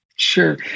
Sure